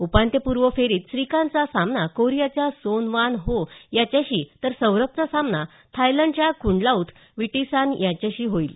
उपांत्यपूर्वफेरीत श्रीकांतचा सामना कोरियाच्या सोन वान हो याच्याशी तर सौरभचा सामना थायलंडच्या कुणलाऊथ विटीसार्न याच्याशी होईल